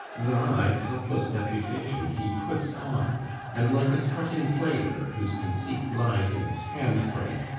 thy topless deputation he puts on and like a strutting player whose conceit lies in his hamstring,